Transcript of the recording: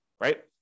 right